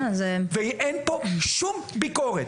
ואין פה שום ביקורת.